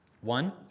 One